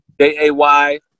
J-A-Y